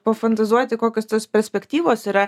pafantazuoti kokios tos perspektyvos yra